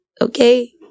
okay